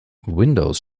windows